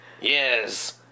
yes